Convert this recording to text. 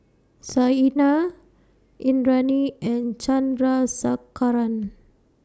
Saina Indranee and Chandrasekaran